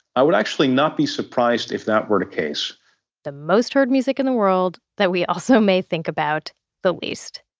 i would actually not be surprised if that were the case the most heard music in the world, that we also may think about the least